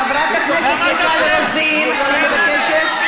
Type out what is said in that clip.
(חבר הכנסת יואל חסון יוצא מאולם המליאה.)